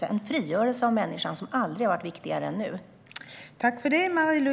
Det är en frigörelse av människan som aldrig har varit viktigare än nu.